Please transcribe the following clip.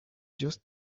just